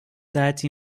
that